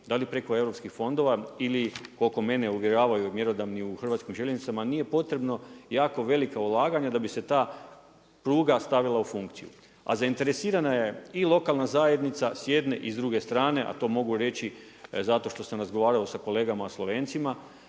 Da li preko europskih fondova ili koliko mene uvjeravaju mjerodavni u HŽ, nije potrebno jako velika ulaganja da bi se ta pruga stavila u funkciju, a zainteresirana i lokalna zajednica s jedne i s druge strane, a to mogu reći zato što sam razgovarao s kolegama Slovencima.